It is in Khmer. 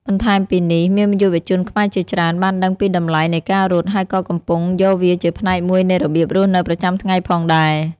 បន្ថែមពីនេះ មានយុវជនខ្មែរជាច្រើនបានដឹងពីតម្លៃនៃការរត់ ហើយក៏កំពុងយកវាជាផ្នែកមួយនៃរបៀបរស់នៅប្រចាំថ្ងៃផងដែរ។